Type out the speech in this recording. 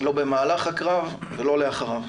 לא במהלך הקרב ולא לאחריו.